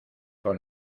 con